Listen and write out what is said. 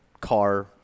car